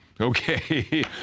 Okay